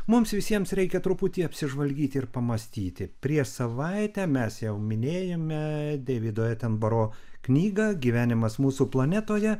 mums visiems reikia truputį apsižvalgyti ir pamąstyti prieš savaitę mes jau minėjome deivido etemboro knygą gyvenimas mūsų planetoje